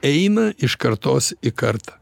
eina iš kartos į kartą